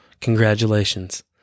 Congratulations